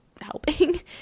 helping